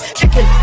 chicken